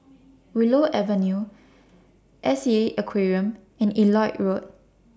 Willow Avenue S E A Aquarium and Elliot Road